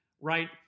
right